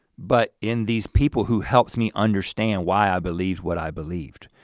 but in these people who helped me understand why i believed what i believed.